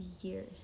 years